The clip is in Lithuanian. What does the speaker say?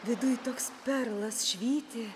viduj toks perlas švyti